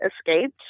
escaped